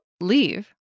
leave